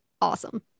awesome